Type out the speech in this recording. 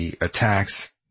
attacks